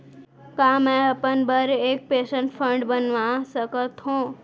का मैं अपन बर एक पेंशन फण्ड बनवा सकत हो?